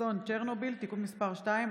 אסון צ'רנוביל (תיקון מס' 2),